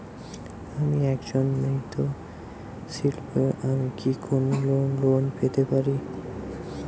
আমি একজন মৃৎ শিল্পী আমি কি কোন লোন পেতে পারি?